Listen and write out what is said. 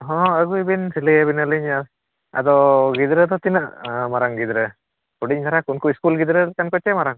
ᱦᱚᱸ ᱟᱹᱜᱩᱭ ᱵᱮᱱ ᱥᱤᱞᱟᱹᱭ ᱟᱵᱮᱱᱟᱞᱤᱧ ᱟᱫᱚ ᱜᱤᱫᱽᱨᱟᱹ ᱫᱚ ᱛᱤᱱᱟᱹᱜ ᱢᱟᱨᱟᱜ ᱜᱤᱫᱽᱨᱟᱹ ᱦᱩᱰᱤᱧ ᱫᱷᱟᱨᱟ ᱩᱱᱠᱩ ᱥᱠᱩᱞ ᱜᱤᱫᱽᱨᱟᱹ ᱞᱮᱠᱟᱱ ᱠᱚᱪᱮ ᱢᱟᱨᱟᱝ